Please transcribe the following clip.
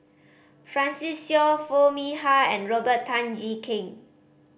Francis Seow Foo Mee Har and Robert Tan Jee Keng